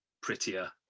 prettier